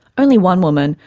only one woman,